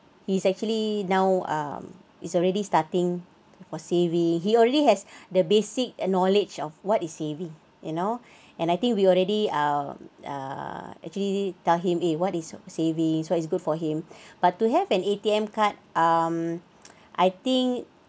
he's actually now um it's already starting for saving he already has the basic knowledge of what is saving you know and I think we already ah err actually tell him eh what is savings what is good for him but to have an A_T_M card um I think